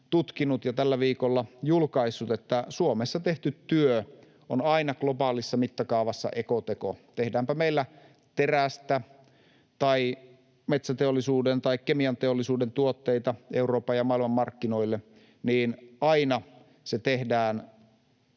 tutkinut ja tällä viikolla julkaissut, että Suomessa tehty työ on aina globaalissa mittakaavassa ekoteko. Tehdäänpä meillä terästä tai metsäteollisuuden tai kemianteollisuuden tuotteita Euroopan ja maailman markkinoille, niin aina se tehdään